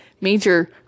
Major